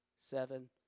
seven